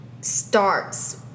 starts